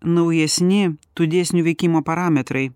naujesni tų dėsnių veikimo parametrai